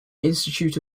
institute